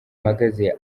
uhagaze